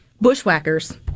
Bushwhackers